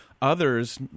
others